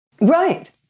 Right